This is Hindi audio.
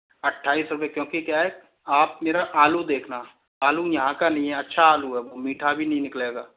अट्ठाईस रुपए क्योंकि क्या है आप मेरा आलू देखना आलू यहाँ का नहीं है अच्छा आलू है मीठा भी नहीं निकलेगा